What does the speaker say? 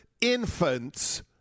infants